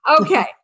Okay